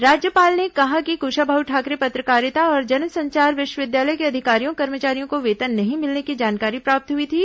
राज्यपाल ने कहा कि कुशाभाऊ ठाकरे पत्रकारिता और जनसंचार विश्वविद्यालय के अधिकारियों कर्मचारियों को वेतन नहीं मिलने की जानकारी प्राप्त हुई थी